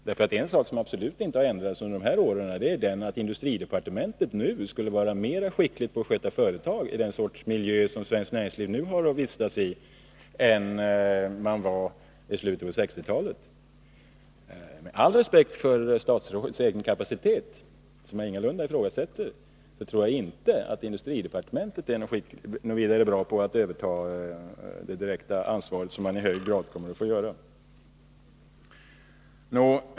Det har absolut inte skett någon ändring under de aktuella åren så att industridepartementet nu skulle vara skickligare när det gäller att sköta företag — särskilt med tanke på den miljö som nu gäller för svenskt näringsliv, jämfört med förhållandena i slutet på 1960-talet. Med all respekt för statrådets egen kapacitet, vilken jag ingalunda ifrågasätter, tror jag inte att industridepartementet är särskilt bra på att överta det direkta ansvaret, vilket man i hög grad kommer att få göra.